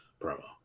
promo